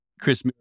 chris